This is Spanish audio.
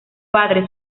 padre